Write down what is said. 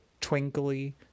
twinkly